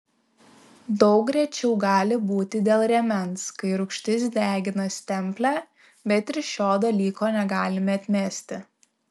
daug rečiau gali būti dėl rėmens kai rūgštis degina stemplę bet ir šio dalyko negalime atmesti